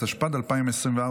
התשפ"ד 2024,